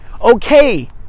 okay